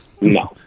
No